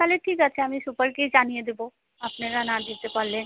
তাহলে ঠিক আছে আমি সুপারকেই জানিয়ে দেবো আপনারা না যেতে পারলে